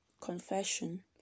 confession